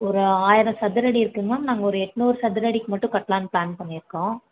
ஒரு ஆயிரம் சதுரடி இருக்குங்க மேம் நாங்கள் ஒரு எட்நூறு சதுரடிக்கு மட்டும் கட்டலாம் ப்ளான் பண்ணிருக்கோம்